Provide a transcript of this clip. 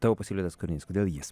tavo pasiūlytas kūrinys kodėl jis